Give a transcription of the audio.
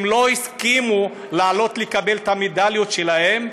הם לא הסכימו לעלות לקבל את המדליות שלהם,